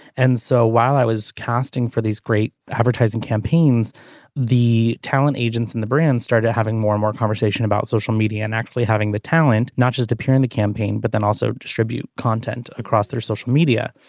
and so while i was casting for these great advertising campaigns the talent agents and the brands started having more and more conversation about social media and actually having the talent not just appear in the campaign but then also distribute content across their social media.